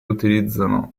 utilizzano